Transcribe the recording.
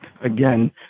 Again